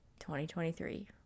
2023